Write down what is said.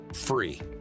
free